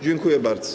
Dziękuję bardzo.